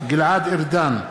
גלעד ארדן,